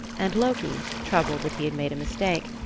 and loki, troubled that he had made a mistake,